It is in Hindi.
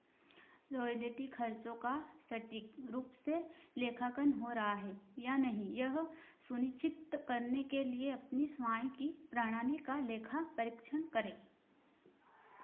रॉयल्टी खर्चों का सटीक रूप से लेखांकन हो रहा है या नहीं यह सुनिश्चित करने के लिए अपनी स्वयं की प्रणाली का लेखा परीक्षण करें